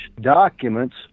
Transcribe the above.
documents